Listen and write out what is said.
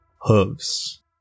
hooves